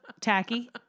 tacky